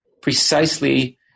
precisely